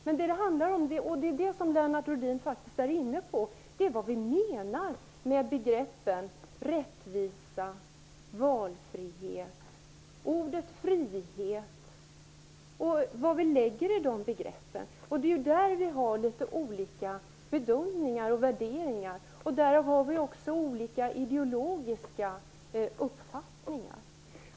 Vad det handlar om - och det är det som Lennart Rohdin faktiskt är inne på - är innebörden av begreppen rättvisa, valfrihet och frihet, vad vi lägger in i dessa begrepp. Det är där vi gör litet olika bedömningar och har olika ideologiska uppfattningar.